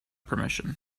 permission